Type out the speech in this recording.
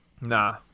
Nah